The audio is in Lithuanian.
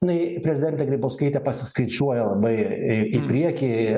jinai prezidentė grybauskaitė pasiskaičiuoja labai į priekį